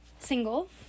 single